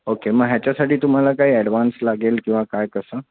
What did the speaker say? okay मग ह्याच्यासाठी तुम्हाला काही ॲडव्हान्स लागेल किंवा काय कसं